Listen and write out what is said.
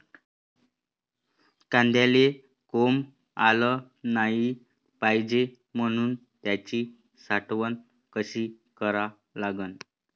कांद्याले कोंब आलं नाई पायजे म्हनून त्याची साठवन कशी करा लागन?